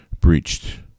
breached